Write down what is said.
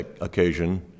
occasion